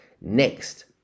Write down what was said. Next